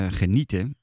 genieten